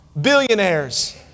billionaires